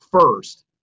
first